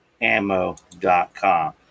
ammo.com